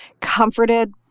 comforted